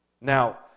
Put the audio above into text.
Now